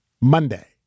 Monday